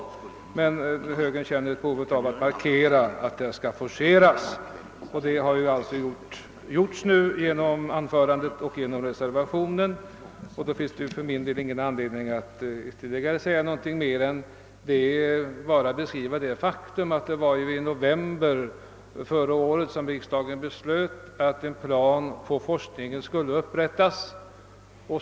Högern känner emellertid ett behov av att markera, att forskningen skall forceras och detta har man nu gjort genom anförandet här och reservationen. Då finns det för min del ingen anledning att ytterligare säga någonting mer än att framhålla det faktum att det ju var i november förra året som riksdagen beslöt, att en plan beträffande forskningen skulle upprättas.